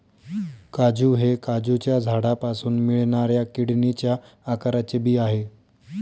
काजू हे काजूच्या झाडापासून मिळणाऱ्या किडनीच्या आकाराचे बी आहे